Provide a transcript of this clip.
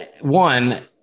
one